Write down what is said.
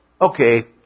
Okay